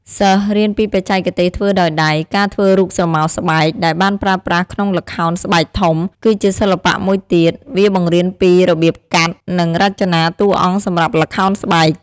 សិស្សរៀនពីបច្ចេកទេសធ្វើដោយដៃ ការធ្វើរូបស្រមោលស្បែក ដែលបានប្រើប្រាស់ក្នុងល្ខោនស្បែកធំ គឺជាសិល្បៈមួយទៀត វាបង្រៀនពីរបៀបកាត់ និងរចនាតួអង្គសម្រាប់ល្ខោនស្បែក។